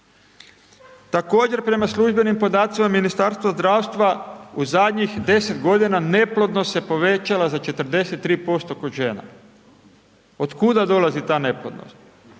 Također prema službenim podacima Ministarstva zdravstva u zadnjih 10 godina neplodnost se povećala za 43% kod žena. Otkuda dolazi ta neplodnost?